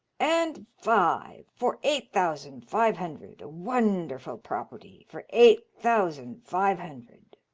and five. for eight thousand five hundred. a wonderful property for eight thousand five hundred.